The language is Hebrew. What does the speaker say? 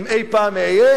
אם אי-פעם אהיה,